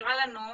שאושרה לנו,